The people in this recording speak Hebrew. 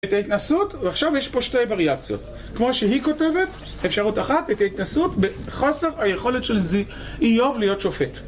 את ההתנסות, ועכשיו יש פה שתי וריאציות כמו שהיא כותבת, אפשרות אחת, את ההתנסות בחוסר היכולת של איוב להיות שופט